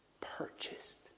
purchased